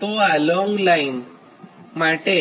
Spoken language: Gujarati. તો લોંગ ટ્રાન્સમિશન લાઇન માટે